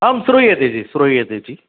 आं श्रूयते जि श्रूयते जि